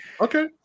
Okay